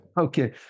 Okay